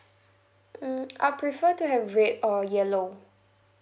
mm I prefer to have red or yellow